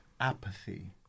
apathy